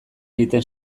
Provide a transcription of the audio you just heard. egiten